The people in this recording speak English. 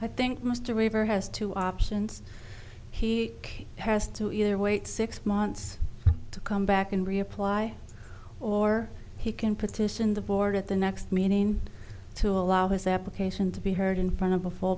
i think mr weaver has two options he has to either wait six months to come back and reapply or he can petition the board at the next meeting to allow his application to be heard in front of a full